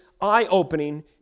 eye-opening